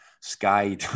Sky